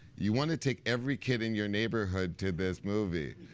you want to take every kid in your neighborhood to this movie.